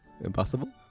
impossible